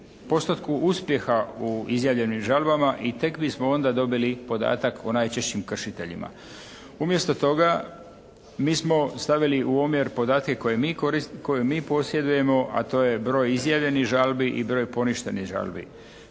postotku uspjeha u izjavljenim žalbama i tek bismo onda dobili podatak o najčešćim kršiteljima. Umjesto toga mi smo stavili u omjer podatke koje mi posjedujemo, a to je broj izjavljenih žalbi i broj poništenih žalbi